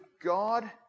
God